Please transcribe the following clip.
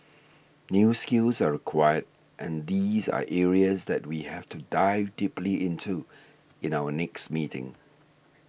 new skills are required and these are areas that we have to dive deeply into in our next meeting